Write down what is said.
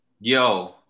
yo